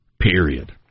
period